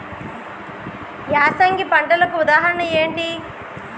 యాసంగి పంటలకు ఉదాహరణ ఏంటి?